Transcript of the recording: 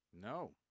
No